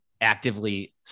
actively